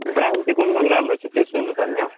brand चाहिँ कुन कुन राम्रो छ त्यो सुन्नुपर्ने हो